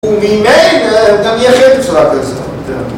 וממילא אדם מייחד בצורה כזאת